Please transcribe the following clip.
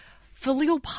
filial